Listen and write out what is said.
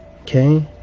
Okay